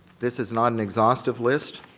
this is not an exhaustive list